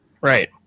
Right